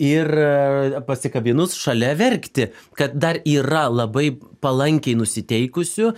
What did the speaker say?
ir pasikabinus šalia verkti kad dar yra labai palankiai nusiteikusių